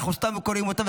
ואנחנו סתם קוראים אותה,